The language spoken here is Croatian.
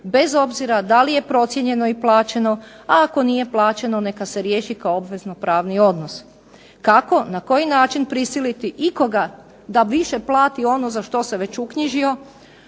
bez obzira da li je procijenjeno i plaćeno, a ako nije plaćeno neka se riješi kao obvezno-pravni odnos. Kako, na koji način prisiliti ikoga da više plati ono za što se već uknjižio